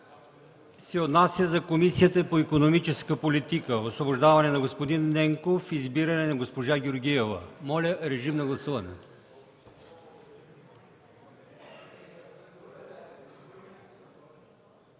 се отнася за Комисията по икономическата политика и туризъм – освобождаване на господин Ненков и избиране на госпожа Георгиева. Моля, режим на гласуване.